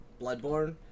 Bloodborne